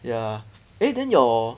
ya eh then your